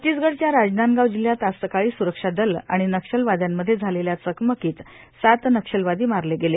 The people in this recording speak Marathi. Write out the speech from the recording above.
छत्तीसगढच्या राजनांदगाव जिल्ह्यात आज सकाळी सुरक्षा दल आणि नक्षलवादयांमध्ये झालेल्या चकमकीत सात नक्षलवादी मारले गेले